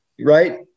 Right